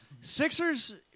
sixers